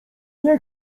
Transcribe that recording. nie